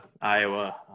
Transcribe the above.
Iowa